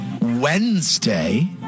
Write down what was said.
Wednesday